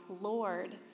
Lord